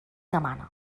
demana